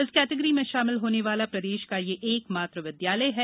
इस केटेगिरी में शामिल होने वाला प्रदेश का यह एक मात्र विद्यालय है